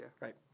Right